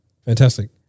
fantastic